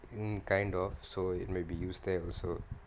hmm kind of so it may be used there also